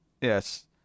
yes